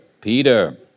Peter